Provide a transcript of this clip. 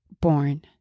born